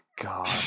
God